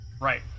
right